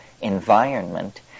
environment